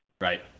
Right